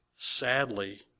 Sadly